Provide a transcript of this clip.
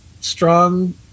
strong